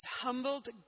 humbled